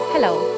Hello